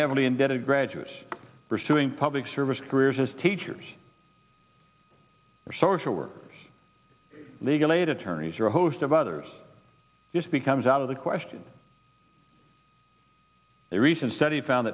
heavily indebted graduates pursuing public service careers as teachers or social workers legal aid attorneys or a host of others this becomes out of the question a recent study found